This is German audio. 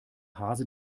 hase